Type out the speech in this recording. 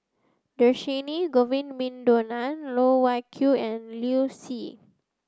Dhershini Govin Winodan Loh Wai Kiew and Liu Si